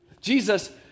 Jesus